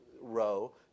row